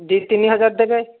ଦୁଇ ତିନି ହଜାର ଦେବେ